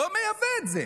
לא מייבא את זה.